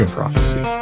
prophecy